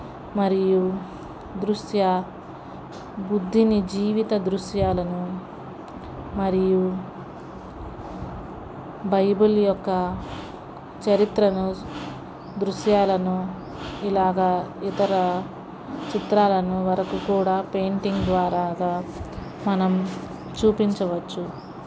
మరియు దృశ్య బుద్ధిని జీవిత దృశ్యాలను మరియు బైబిల్ యొక్క చరిత్రను దృశ్యాలను ఇలాగ ఇతర చిత్రాలను వరకు కూడా పెయింటింగ్ ద్వారా మనం చూపించవచ్చు